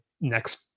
next